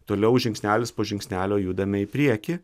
toliau žingsnelis po žingsnelio judame į priekį